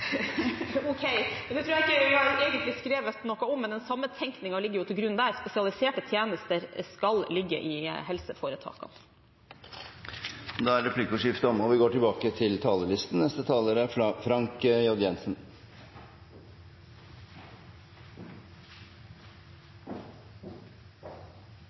det tror jeg ikke vi egentlig har skrevet noe om, men den samme tenkningen ligger til grunn der: Spesialiserte tjenester skal ligge i helseforetakene. Replikkordskiftet er omme. Kommunene skal ikke være et underbruk av staten, men innbyggernes arena for å løse viktige oppgaver i fellesskap. Kommunene er